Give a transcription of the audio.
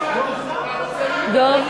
דב.